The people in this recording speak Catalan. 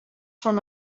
són